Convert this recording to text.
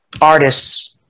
artists